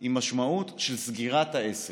היא משמעות של סגירת העסק,